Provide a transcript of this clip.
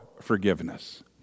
forgiveness